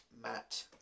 Matt